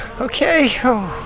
Okay